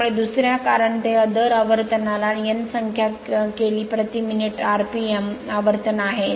त्यामुळे दुसऱ्या कारण ते दर आवर्तनला N संख्या केली प्रति मिनिट rpm आवर्तन आहे